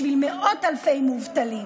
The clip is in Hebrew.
בשביל מאות אלפי מובטלים.